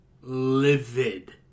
livid